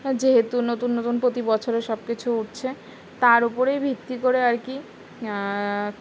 যেহেতু নতুন নতুন প্রতি বছরও সব কিছু উঠছে তার ওপরেই ভিত্তি করে আর কি